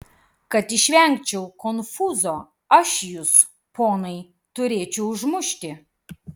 kad išvengčiau konfūzo aš jus ponai turėčiau užmušti